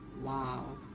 wow